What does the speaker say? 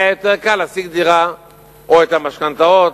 היה יותר קל להשיג דירה או את המשכנתאות.